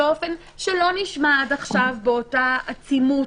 באופן שלא נשמע עד עכשיו באותה עצימות